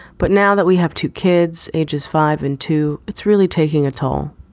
but now that we have two kids ages five and two, it's really taking a toll.